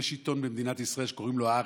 יש עיתון במדינת ישראל שקוראים לו הארץ,